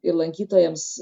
ir lankytojams